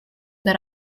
that